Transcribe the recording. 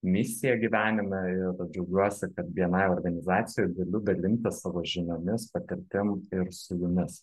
misija gyvenime ir džiaugiuosi kad bni organizacijoj galiu dalintis savo žiniomis patirtim ir su jumis